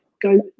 Go